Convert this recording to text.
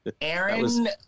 Aaron